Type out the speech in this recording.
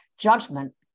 Judgment